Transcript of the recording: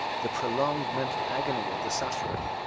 the prolonged mental agony of the sufferer,